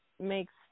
makes